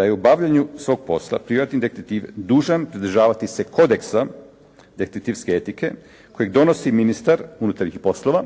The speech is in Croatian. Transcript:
da je u obavljanju svog posla privatni detektiv dužan pridržavati se kodeksa detektivske etike kojeg donosi ministar unutarnjih poslova,